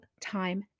time